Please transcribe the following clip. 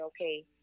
okay